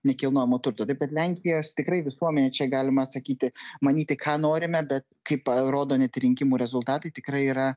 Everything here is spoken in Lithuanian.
nekilnojamo turto taip kad lenkijos tikrai visuomenė čia galima sakyti manyti ką norime bet kaip rodo net ir rinkimų rezultatai tikrai yra